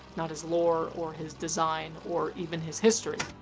not his lore or his design or even his history.